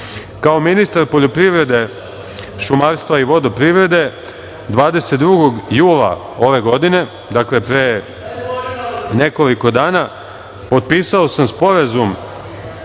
ministar poljoprivrede, šumarstva i vodoprivrede, 22. jula ove godine, pre nekoliko dana, potpisao sam sporazum